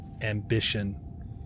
ambition